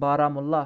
Baramulla